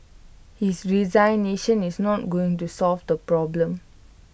his resignation is not going to solve the problem